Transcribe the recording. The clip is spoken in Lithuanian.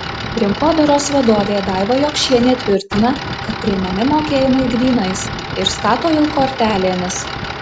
rinkodaros vadovė daiva jokšienė tvirtina kad priimami mokėjimai grynais ir statoil kortelėmis